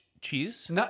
cheese